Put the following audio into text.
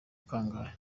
kangahe